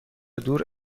دور